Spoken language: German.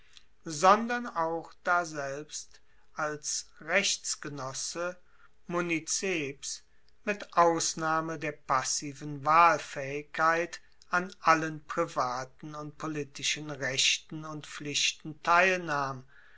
sondern auch daselbst als rechtsgenosse municeps mit ausnahme der passiven wahlfaehigkeit an allen privaten und politischen rechten und pflichten teilnahm